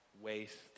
waste